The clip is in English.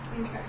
Okay